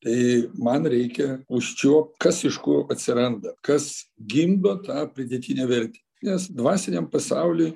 tai man reikia užčiuopt kas iš ko atsiranda kas gimdo tą pridėtinę vertę nes dvasiniam pasauliui